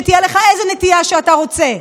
שתהיה לך איזו נטייה שאתה רוצה.